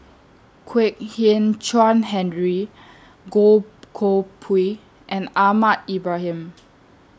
Kwek Hian Chuan Henry Goh Koh Pui and Ahmad Ibrahim